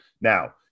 Now